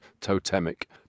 totemic